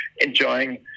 enjoying